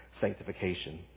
sanctification